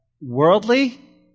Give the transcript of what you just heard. worldly